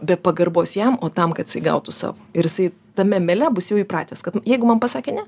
be pagarbos jam o tam kad jisai gautų savo ir jisai tame mele bus jau įpratęs kad nu jeigu man pasakė ne